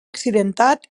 accidentat